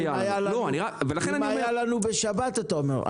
אם היה לנו בשבת אתה אומר,